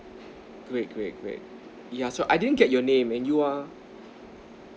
great great great yeah so I didn't get your name and you are